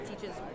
teaches